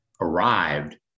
arrived